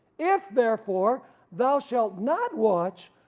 if therefore thou shalt not watch,